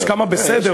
יש כמה בסדר,